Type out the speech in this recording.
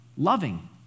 loving